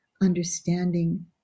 understanding